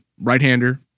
Right-hander